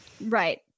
right